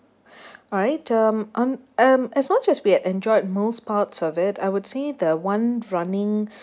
alright um on um as much as we had enjoyed most parts of it I would say the one running